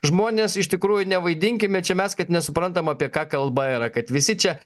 žmones iš tikrųjų nevaidinkime čia mes kad nesuprantam apie ką kalba yra kad visi čia